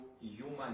human